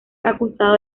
acusado